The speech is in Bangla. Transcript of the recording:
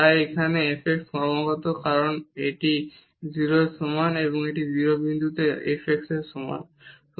তাই এখানে f x ক্রমাগত হবে কারণ এটি 0 এর সমান এবং এটি 0 x বিন্দুতে f x এর মান হবে